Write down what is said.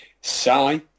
Sally